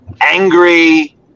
angry